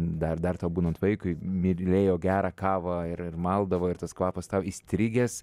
dar dar tau būnant vaikui mylėjo gerą kavą ir ir maldavo ir tas kvapas tau įstrigęs